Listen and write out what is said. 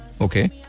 okay